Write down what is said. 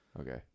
Okay